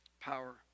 power